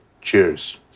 cheers